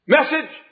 Message